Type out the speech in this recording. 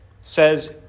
says